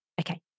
Okay